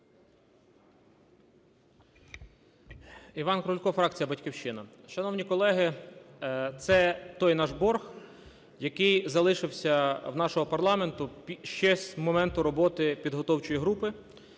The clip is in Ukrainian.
Іван Крулько, фракція "Батьківщина". Шановні колеги, це той наш борг, який залишився в нашого парламенту ще з моменту роботи підготовчої групи.